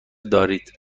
دارید